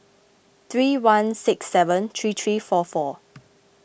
three one six seven three three four four